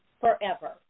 forever